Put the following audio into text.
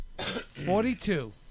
Forty-two